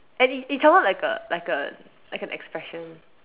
and it it came out like a like a like an expression